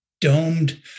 domed